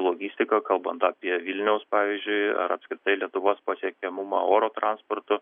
logistika kalbant apie vilniaus pavyzdžiui ar apskritai lietuvos pasiekiamumą oro transportu